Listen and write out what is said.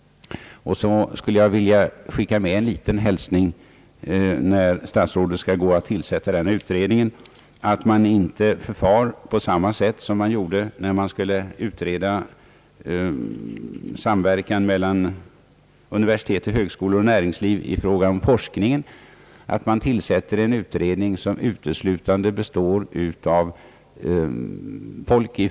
Med adress till statsrådet vill jag tilägga att man vid utredningens tillsättande inte bör förfara på samma sätt som skedde vid utredningen av samverkan mellan universitet, högskolor och näringsliv i fråga om forskningen. Då tillsatte man en utredning som uteslutande bestod av universitetsfolk.